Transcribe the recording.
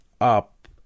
up